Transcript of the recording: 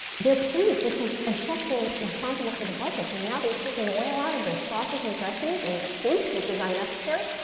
they're pleased because as chefs, they're responsible for the budgets, and now they've taken oil out of their sauces and dressings and their soups, which is unnecessary.